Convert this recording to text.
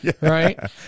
Right